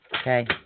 Okay